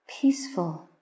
peaceful